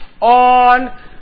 on